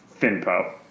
Finpo